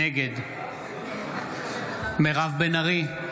נגד מירב בן ארי,